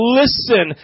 listen